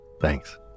Thanks